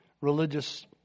Religious